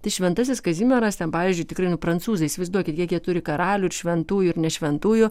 tai šventasis kazimieras ten pavyzdžiui tikrai nu prancūzai įsivaizduokit kiek jie turi karalių ir šventųjų ir nešventųjų